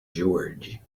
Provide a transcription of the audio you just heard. george